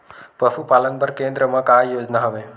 पशुपालन बर केन्द्र म का योजना हवे?